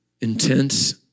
intense